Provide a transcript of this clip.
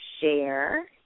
share